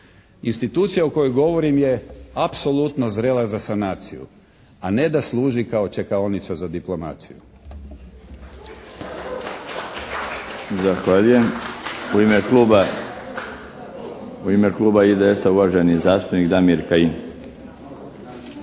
Institucija o kojoj govorim je apsolutno zrela za sanaciju a ne da služi kao čekaonica za diplomaciju.